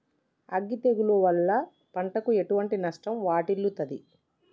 అగ్గి తెగులు వల్ల పంటకు ఎటువంటి నష్టం వాటిల్లుతది?